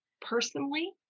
personally